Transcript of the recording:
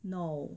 no